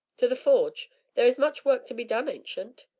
to the forge there is much work to be done, ancient.